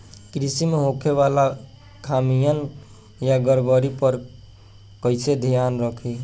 कृषि में होखे वाला खामियन या गड़बड़ी पर कइसे ध्यान रखि?